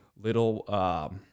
Little